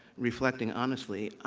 reflecting honestly,